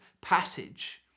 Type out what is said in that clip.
passage